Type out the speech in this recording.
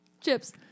Chips